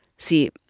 see,